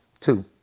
Two